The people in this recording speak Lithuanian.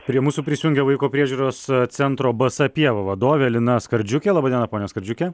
prie mūsų prisijungia vaiko priežiūros centro basa pieva vadovė lina skardžiukė laba diena ponia skardžiuke